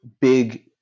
big